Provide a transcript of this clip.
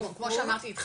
כמו שאמרתי,